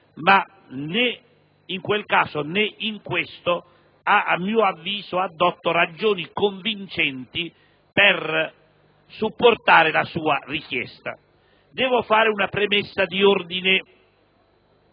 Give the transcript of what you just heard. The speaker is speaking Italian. ma né in quel caso, né in questo, a mio avviso, egli ha addotto ragioni convincenti per supportare la sua richiesta. Devo fare una premessa di ordine